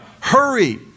Hurry